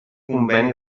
conveni